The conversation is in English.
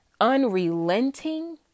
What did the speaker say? unrelenting